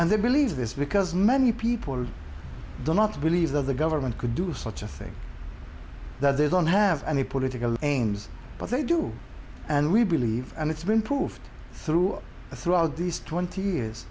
and they believe this because many people do not believe that the government could do such a thing that they don't have any political aims but they do and we believe and it's been proved through throughout these twenty